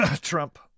Trump